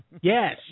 Yes